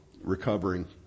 recovering